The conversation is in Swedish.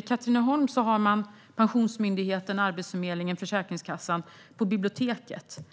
I Katrineholm finns Pensionsmyndigheten, Arbetsförmedlingen och Försäkringskassan vid samma disk på biblioteket.